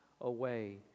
away